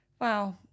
wow